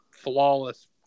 flawless